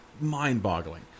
mind-boggling